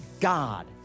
God